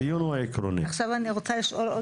הדיון הוא עקרוני.